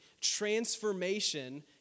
transformation